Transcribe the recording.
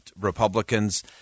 Republicans